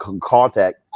contact